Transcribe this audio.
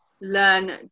learn